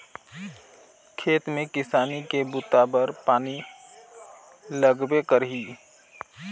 खेत में किसानी के बूता बर पानी लगबे करही